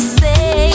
say